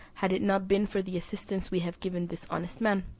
had it not been for the assistance we have given this honest man,